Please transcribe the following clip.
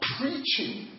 preaching